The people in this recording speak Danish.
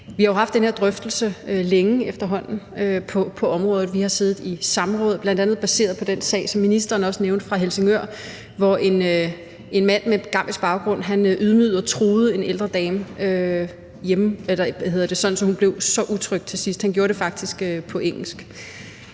Vi har jo efterhånden længe haft den her drøftelse. Vi har siddet i samråd bl.a. baseret på den sag, som ministeren også nævnte, fra Helsingør, hvor en mand med gambisk baggrund ydmygede og truede en ældre dame, så hun til sidst blev utryg. Han gjorde det faktisk på engelsk.